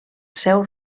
seu